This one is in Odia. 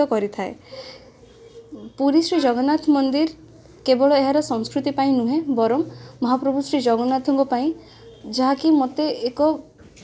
ପତ୍ନୀ ସୀତା ତାଙ୍କୁ ରାବଣ ଲଙ୍କାର ଯିଏ ରାଜା ସେ ଚୋରି କରିଥିଲା